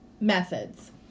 methods